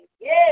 Yes